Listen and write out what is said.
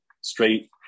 straight